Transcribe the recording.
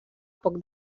poc